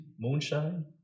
moonshine